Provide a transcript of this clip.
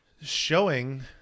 showing